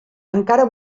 encara